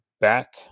back